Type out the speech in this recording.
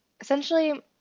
Essentially